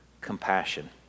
compassion